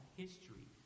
history